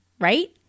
right